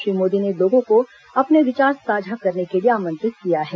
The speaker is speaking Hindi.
श्री मोदी ने लोगों को अपने विचार साझा करने के लिए आमंत्रित किया है